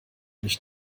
nicht